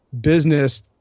business